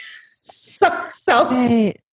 self